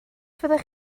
fyddech